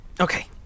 okay